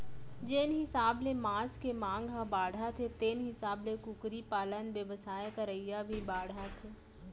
जेन हिसाब ले मांस के मांग ह बाढ़त हे तेन हिसाब ले कुकरी पालन बेवसाय करइया भी बाढ़त हें